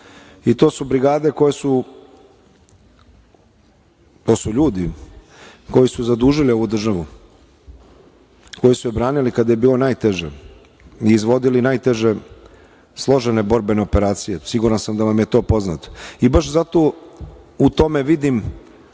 su brigade koje su, to su ljudi koji su zadužili ovu državu, koji su je branili kada je bilo najteže i izvodili najteže složene borbene operacije. Siguran sam da vam je to poznato. Baš zato u tome vidim